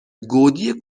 گودی